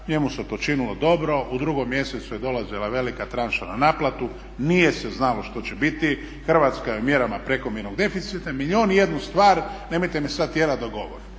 njemu se to učinilo dobro, u drugom mjesecu je dolazila velika tranša na naplatu, nije se znalo što će biti Hrvatska je u mjerama prekomjernog deficita, milijun i jednu stvar, nemojte me sada tjerati da govorim.